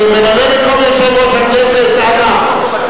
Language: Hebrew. ממלא-מקום יושב-ראש הכנסת, אנא.